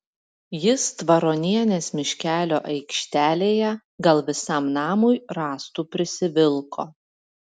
jis tvaronienės miškelio aikštelėje gal visam namui rąstų prisivilko